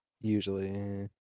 Usually